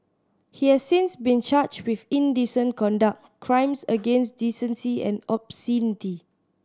he has since been charged with indecent conduct crimes against decency and obscenity